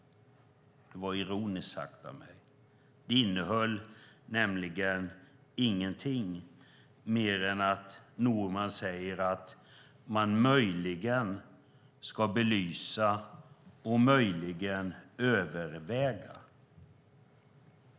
Det var ironiskt sagt av mig. Det innehöll nämligen ingenting mer än att Norman säger att man möjligen ska belysa och möjligen överväga.